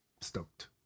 stoked